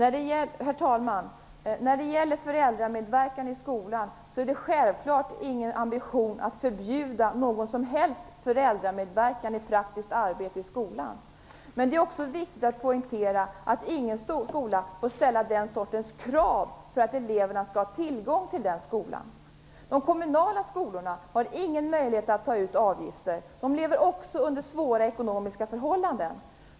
Herr talman! När det gäller föräldramedverkan i skolan är det självklart ingen ambition att förbjuda någon som helst föräldramedverkan i praktiskt arbete i skolan. Men det är också viktigt att poängtera att ingen skola får ställa den sortens krav för att eleverna skall ha tillgång till den skolan. De kommunala skolorna har ingen möjlighet att ta ut avgifter. De lever också under svåra ekonomiska förhållanden.